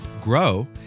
grow